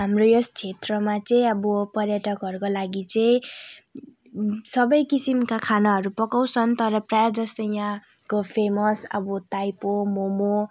हाम्रो यस क्षेत्रमा चाहिँ अब पर्यटकहरूको लागि चाहिँ सबै किसिमका खानाहरू पकाउँछन् तर प्राय जस्तै यहाँको फेमस अब टाइपो मोमो